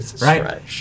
right